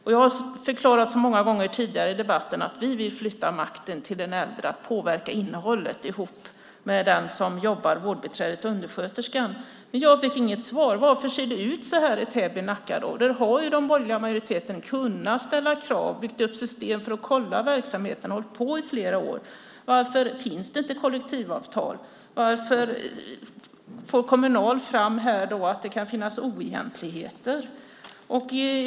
Jag har förklarat så många gånger tidigare i debatten att vi vill flytta makten till den äldre när det gäller att påverka innehållet ihop med dem som jobbar, vårdbiträdet och undersköterskan. Men jag fick inget svar. Varför ser det då ut så här i Täby och Nacka? Där har ju den borgerliga majoriteten kunnat ställa krav och byggt upp system för att kolla verksamheten. De har hållit på i flera år. Varför finns det inte kollektivavtal? Varför får Kommunal fram att det kan finnas oegentligheter?